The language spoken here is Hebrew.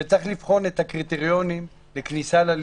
שצריך לבחון את הקריטריונים לכניסה ללימודים.